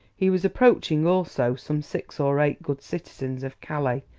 he was approaching, also, some six or eight good citizens of calais,